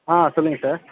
ஆ சொல்லுங்கள் சார்